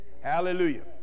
Hallelujah